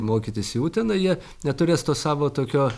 mokytis į uteną jie neturės to savo tokio